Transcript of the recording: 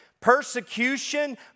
Persecution